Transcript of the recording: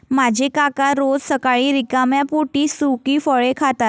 माझे काका रोज सकाळी रिकाम्या पोटी सुकी फळे खातात